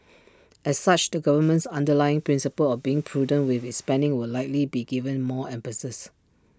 as such the government's underlying principle of being prudent with its spending will likely be given more emphasis